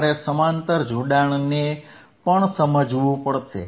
તમારે સમાંતર જોડાણને પણ સમજવું પડશે